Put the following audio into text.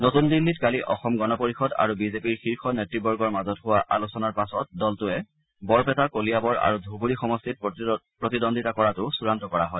নতুন দিল্লীত কালি অসম গণ পৰিযদ আৰু বিজেপিৰ শীৰ্ষ নেতৃবৰ্গৰ মাজত হোৱা আলোচনাৰ পাছত দলটোৱে বৰপেটা কলিয়াবৰ আৰু ধুবুৰী সমষ্টিত প্ৰতিদ্বন্দ্বিতা কৰাটো চূড়ান্ত কৰা হয়